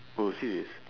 oh serious